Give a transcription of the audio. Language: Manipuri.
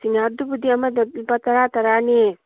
ꯁꯤꯡꯍꯥꯔꯗꯨꯕꯨꯗꯤ ꯑꯃꯗ ꯂꯨꯄꯥ ꯇꯔꯥ ꯇꯔꯥꯅꯦ